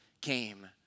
came